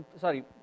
Sorry